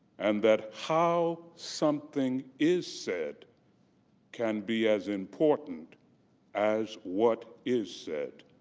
and that how something is said can be as important as what is said.